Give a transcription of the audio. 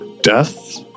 death